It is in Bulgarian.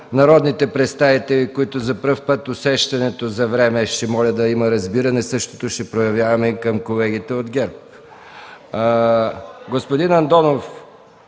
народните представители, за които за първи път е усещането за време – ще моля да има разбиране. Същото ще проявяваме и към колегите от ГЕРБ.